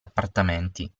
appartamenti